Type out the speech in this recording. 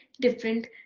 different